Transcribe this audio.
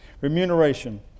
Remuneration